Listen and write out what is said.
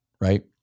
right